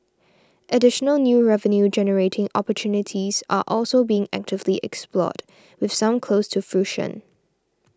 additional new revenue generating opportunities are also being actively explored with some close to fruition